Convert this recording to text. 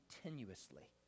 continuously